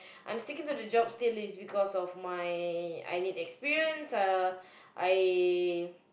I'm sticking to the job still because of my I need experience uh I